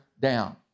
down